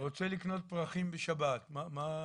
לקנות פרחים בשבת, מה?